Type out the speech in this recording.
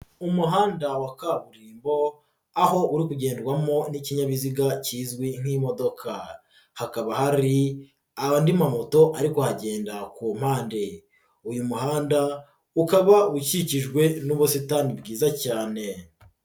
Umuhanda wa kaburimbo aho uri kugendwamo n'ikinyabiziga kizwi nk'imodoka, hakaba hari andi ma moto ari kuhagenda ku mpande, uyu muhanda ukaba ukikijwe n'ubusitani bwiza cyane.